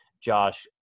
josh